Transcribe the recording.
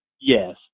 Yes